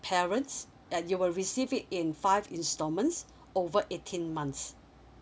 parents and you will receive it in five installments over eighteen months